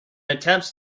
attempts